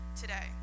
today